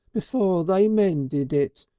before they mended it.